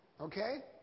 Okay